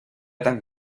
tan